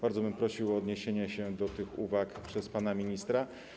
Bardzo bym prosił o odniesienie się do tych uwag przez pana ministra.